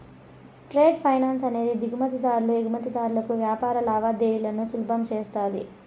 trade finance అనేది దిగుమతి దారులు ఎగుమతిదారులకు వ్యాపార లావాదేవీలను సులభం చేస్తది